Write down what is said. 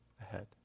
ahead